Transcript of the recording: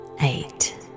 eight